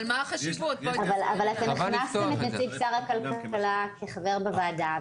אבל אתם הכנסתם את נציג שר הכלכלה כחבר בוועדה.